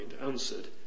Answered